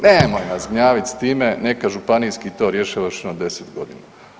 Nemoj nas gnjaviti s time neka županijski to rješava još jedno 10 godina.